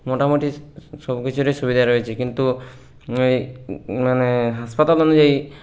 মোটামুটি সবকিছুরই সুবিধা রয়েছে কিন্তু এই মানে হাসপাতাল অনুযায়ী